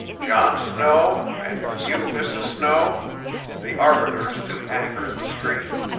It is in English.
john snow and you, mrs. snow the arbiter's to anchor in the stream,